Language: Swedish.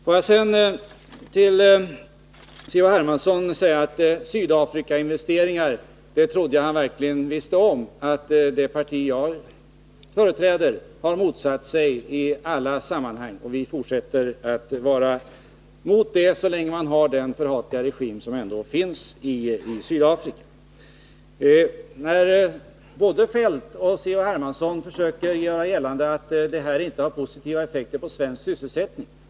Låt mig sedan till Carl-Henrik Hermansson säga att jag trodde att han kände till att det parti jag företräder i alla sammanhang har motsatt sig Sydafrikainvesteringar. Vi fortsätter att vara emot dem så länge man i Sydafrika har den förhatliga regim som nu ändå finns där. Både Kjell-Olof Feldt och Carl-Henrik Hermansson försöker göra gällande att det här inte har positiva effekter på svensk sysselsättning.